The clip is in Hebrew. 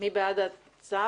מי בעד הצו?